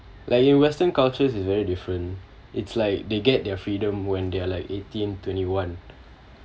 like in western cultures is very different it's like they get their freedom when they are like eighteen twenty one